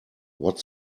what